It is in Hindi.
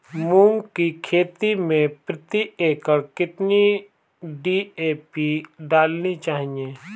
मूंग की खेती में प्रति एकड़ कितनी डी.ए.पी डालनी चाहिए?